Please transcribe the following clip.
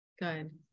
Good